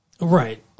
Right